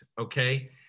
okay